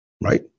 right